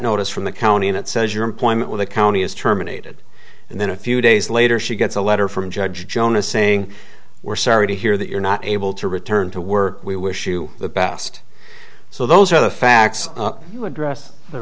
notice from the county that says your employment with the county is terminated and then a few days later she gets a letter from judge jonas saying we're sorry to hear that you're not able to return to work we wish you the best so those are the facts you address the